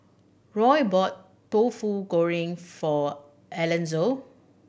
Roy bought tofu goreng for Alanzo